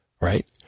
Right